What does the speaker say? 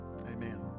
amen